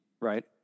right